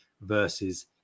versus